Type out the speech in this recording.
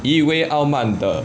以为傲慢的